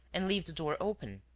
and leave the door open.